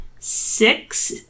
Six